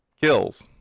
kills